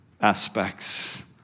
aspects